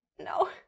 no